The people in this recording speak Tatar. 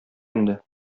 инде